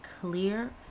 clear